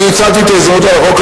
אני ניצלתי את ההזדמנות לדבר על החוק